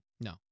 no